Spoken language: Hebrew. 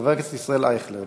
חבר הכנסת ישראל אייכלר,